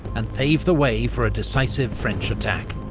and pave the way for a decisive french attack.